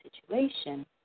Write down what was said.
situation